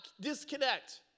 disconnect